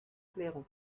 clairon